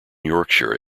yorkshire